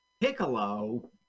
Piccolo